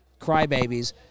crybabies